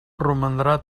romandrà